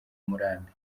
murambi